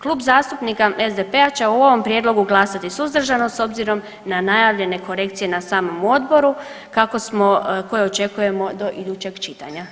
Klub zastupnika SDP-a će o ovom prijedlogu glasati suzdržano s obzirom na najavljene korekcije na samom odboru koje očekujemo do idućeg čitanja.